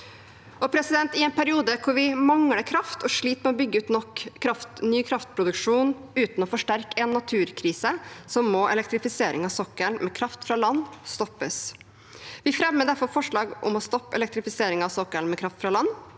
I en periode hvor vi mangler kraft og sliter med å bygge ut nok ny kraftproduksjon uten å forsterke en naturkrise, må elektrifisering av sokkelen med kraft fra land stoppes. Vi fremmer derfor forslag om å stoppe elektrifiseringen av sokkelen med kraft fra land,